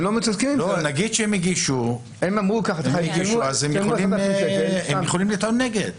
נגיד שהם הגישו, הם יכולים לטעון נגד.